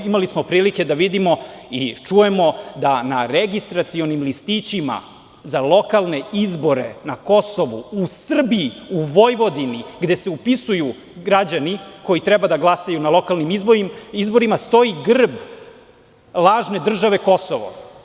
Imali smo prilike da vidimo i čujemo da na registracionim listićima za lokalne izbore na Kosovu, u Srbiji, Vojvodini, gde se upisuju građani koji treba da glasaju na lokalnim izborima stoji grb lažne države Kosovo.